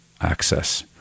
access